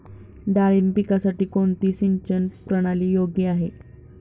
डाळिंब पिकासाठी कोणती सिंचन प्रणाली योग्य आहे?